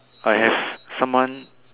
I have someone